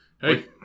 Hey